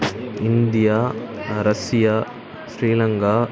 India Russia Sri Lanka